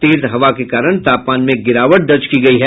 तेज हवा के कारण तापमान में गिरावट दर्ज की गयी है